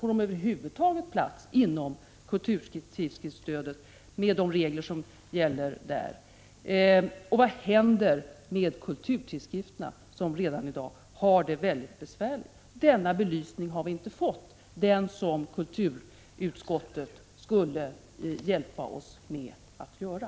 Får de över huvud taget plats inom kulturtidskriftsstödet, med de regler som gäller för detta? Vad händer med kulturtidskrifterna, som redan i dag har det väldigt besvärligt? Denna belysning har vi inte fått, den som kulturutskottet skulle hjälpa oss med att göra.